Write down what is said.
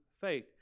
faith